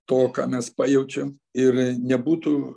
to ką mes pajaučiam ir nebūtų